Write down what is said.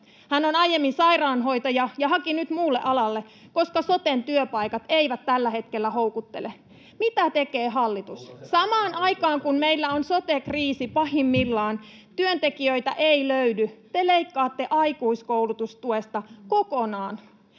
hän oli aiemmin sairaanhoitaja ja haki nyt muulle alalle, koska soten työpaikat eivät tällä hetkellä houkuttele. [Petri Huru: Onko se tämän hallituksen vika!] Mitä tekee hallitus: samaan aikaan, kun meillä on sote-kriisi pahimmillaan, työntekijöitä ei löydy, te leikkaatte aikuiskoulutustuesta kokonaan.